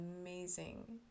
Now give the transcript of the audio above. amazing